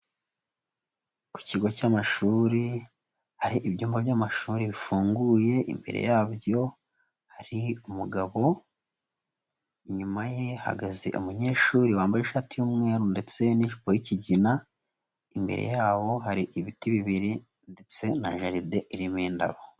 Ku kigo cy'amashuri hari ibyumba by'amashuri bifunguye, imbere yabyo hari umugabo, inyuma ye hahagaze umunyeshuri wambaye ishati y'umweru ndetse n'ijipo y'ikigina, imbere yabo hari ibiti bibiri ndetse na jardin irimo indabo.